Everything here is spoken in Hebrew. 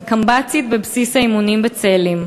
קמב"צית בבסיס האימונים בצאלים,